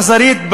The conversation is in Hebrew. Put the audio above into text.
באכזריות,